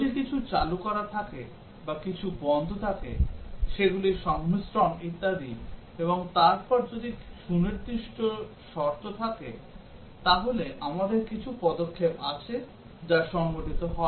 যদি কিছু চালু করা থাকে বা কিছু বন্ধ থাকে সেগুলির সংমিশ্রণ ইত্যাদি এবং তারপর যদি সুনির্দিষ্ট শর্ত থাকে তাহলে আমাদের কিছু পদক্ষেপ আছে যা সংঘটিত হয়